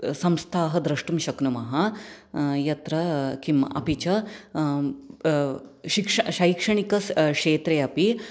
संस्थाः दृष्टुं शक्नुमः यत्र किम् अपि च शैक्षणिकक्षेत्रे अपि